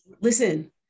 Listen